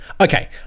Okay